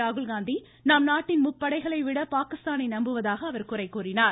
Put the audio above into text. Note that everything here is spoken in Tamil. ராகுல்காந்தி நம் நாட்டின் முப்படைகளை விட பாகிஸ்தானை நம்புவதாக அவர் குறை கூறினார்